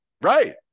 Right